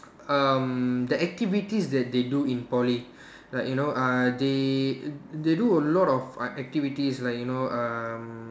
um the activities that they do in Poly like you know uh they they do a lot of uh activities like you know um